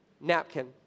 napkin